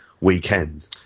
weekend